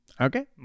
Okay